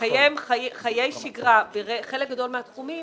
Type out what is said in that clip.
לקיים חיי שגרה בחלק גדול מהתחומים,